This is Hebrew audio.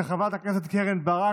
של חברת הכנסת קרן ברק.